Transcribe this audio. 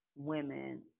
women